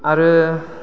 आरो